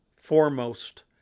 foremost